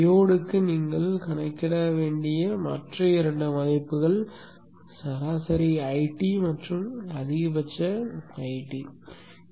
டையோடுக்கு நீங்கள் கணக்கிட வேண்டிய மற்ற இரண்டு மதிப்புகள் சராசரி ஐடி மற்றும் அதிகபட்ச ஐடி ஆகும்